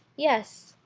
yes,